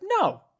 No